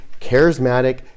charismatic